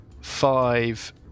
five